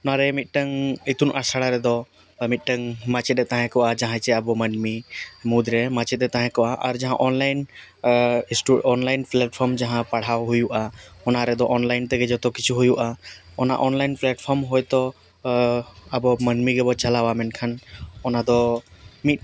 ᱱᱚᱣᱟ ᱨᱮ ᱢᱤᱫᱴᱟᱝ ᱤᱛᱩᱱ ᱟᱥᱲᱟ ᱨᱮᱫᱚ ᱢᱤᱫᱴᱟᱝ ᱢᱟᱪᱮᱫ ᱮ ᱛᱟᱦᱮᱸ ᱠᱚᱜᱼᱟ ᱡᱟᱦᱟᱸ ᱪᱮ ᱟᱵᱚ ᱢᱟᱹᱱᱢᱤ ᱢᱩᱫᱽᱨᱮ ᱢᱟᱪᱮᱫ ᱮ ᱛᱟᱦᱮᱸ ᱠᱚᱜᱼᱟ ᱟᱨ ᱡᱟᱦᱟᱸ ᱚᱞᱱᱟᱭᱤᱱ ᱥᱴᱩ ᱚᱱᱞᱟᱭᱤᱱ ᱯᱞᱟᱴᱯᱷᱚᱨᱚᱢ ᱡᱟᱦᱟᱸ ᱯᱟᱲᱦᱟᱣ ᱦᱩᱭᱩᱜᱼᱟ ᱚᱱᱟ ᱨᱮᱫᱚ ᱚᱱᱞᱟᱭᱤᱱ ᱛᱮᱜᱮ ᱡᱚᱛᱚ ᱠᱤᱪᱷᱩ ᱦᱩᱭᱩᱜᱼᱟ ᱚᱱᱟ ᱚᱱᱞᱟᱭᱤᱱ ᱯᱞᱟᱴᱯᱷᱚᱨᱚᱢ ᱦᱳᱭᱛᱚ ᱟᱵᱚ ᱢᱟᱹᱱᱢᱤ ᱜᱮᱵᱚ ᱪᱟᱞᱟᱣᱟ ᱢᱮᱱᱠᱷᱟᱱ ᱚᱱᱟ ᱫᱚ ᱢᱤᱫ